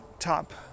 Top